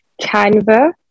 Canva